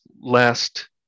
last